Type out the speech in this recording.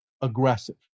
aggressive